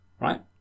right